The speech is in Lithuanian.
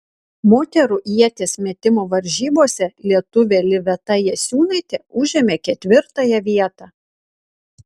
moterų ieties metimo varžybose lietuvė liveta jasiūnaitė užėmė ketvirtąją vietą